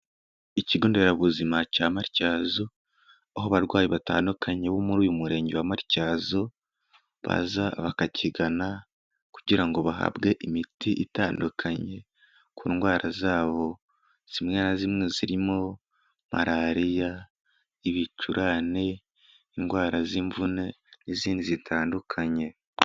Ikigo nderabuzima cya Matyazo aho abarwayi batandukanye bo muri uyu murenge wa Matyazo baza bakakigana kugirango bahabwe imiti itandukanye, ku ndwara zabo zimwe na zimwe, zirimo malariya, ibicurane, indwara z'imvune n'izindi zitandukanye.